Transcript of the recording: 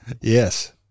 Yes